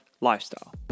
Lifestyle